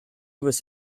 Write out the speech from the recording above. was